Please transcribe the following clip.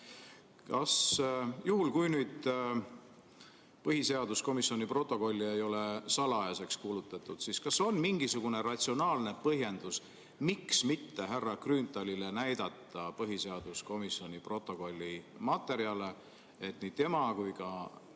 Kas juhul, kui põhiseaduskomisjoni protokolli ei ole salajaseks kuulutatud, on mingisugune ratsionaalne põhjendus, miks mitte härra Grünthalile näidata põhiseaduskomisjoni protokolli materjale, et nii tema kui ka